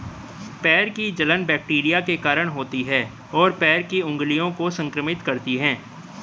पैर की जलन बैक्टीरिया के कारण होती है, और पैर की उंगलियों को संक्रमित करती है